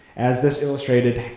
as this illustrated,